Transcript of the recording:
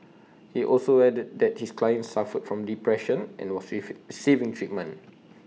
he also added that his client suffered from depression and was saving treatment